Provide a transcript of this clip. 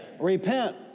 Repent